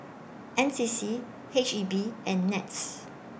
N C C H E B and Nets